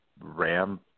ram